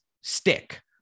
stick